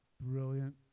Brilliant